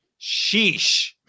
sheesh